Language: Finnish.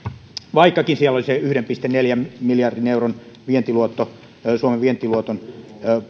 vaikkakin siellä oli se yhden pilkku neljän miljardin euron suomen vientiluoton